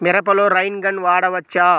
మిరపలో rain gun వాడవచ్చా?